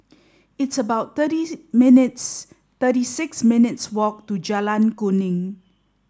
it's about thirty minutes thirty six minutes' walk to Jalan Kuning